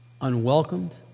unwelcomed